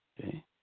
okay